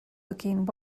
looking